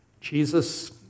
Jesus